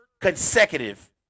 consecutive